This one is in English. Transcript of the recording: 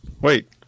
Wait